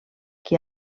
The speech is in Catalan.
qui